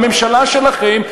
הממשלה שלכם,